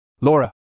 Laura